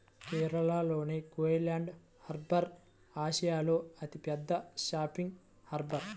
కేరళలోని కోయిలాండి హార్బర్ ఆసియాలో అతిపెద్ద ఫిషింగ్ హార్బర్